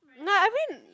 like I mean